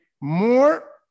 more